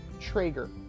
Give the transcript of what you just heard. traeger